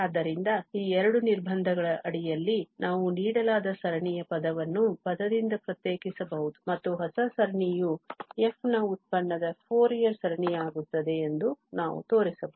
ಆದ್ದರಿಂದ ಈ ಎರಡು ನಿರ್ಬಂಧಗಳ ಅಡಿಯಲ್ಲಿ ನಾವು ನೀಡಲಾದ ಸರಣಿಯ ಪದವನ್ನು ಪದದಿಂದ ಪ್ರತ್ಯೇಕಿಸಬಹುದು ಮತ್ತು ಹೊಸ ಸರಣಿಯು f ನ ಉತ್ಪನ್ನದ ಫೋರಿಯರ್ ಸರಣಿಯಾಗುತ್ತದೆ ಎಂದು ನಾವು ತೋರಿಸಬಹುದು